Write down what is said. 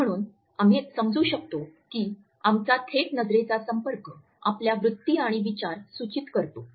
म्हणून आम्ही समजू शकतो की आमचा थेट नजरेचा संपर्क आपल्या वृत्ती आणि विचार सूचित करतो